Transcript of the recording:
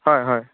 হয় হয়